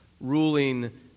ruling